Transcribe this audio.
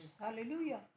Hallelujah